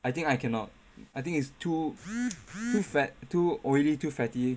I think I cannot I think is too too fat too oily too fatty